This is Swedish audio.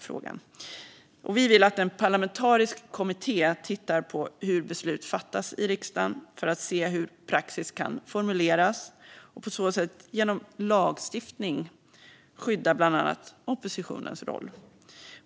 Vi vill att en parlamentarisk kommitté tittar på hur beslut fattas i riksdagen för att se hur praxis kan formaliseras och på så sätt genom lagstiftning skydda bland annat oppositionens roll.